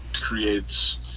creates